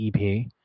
EP